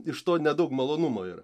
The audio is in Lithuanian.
iš to nedaug malonumo yra